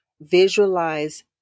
visualize